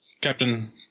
Captain